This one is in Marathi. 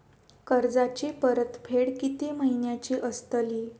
कर्जाची परतफेड कीती महिन्याची असतली?